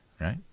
Right